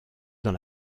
dans